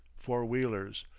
four-wheelers,